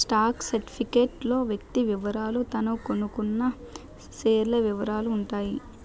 stock certificate లో వ్యక్తి వివరాలు అతను కొన్నకొన్న షేర్ల వివరాలు ఉంటాయి